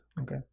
Okay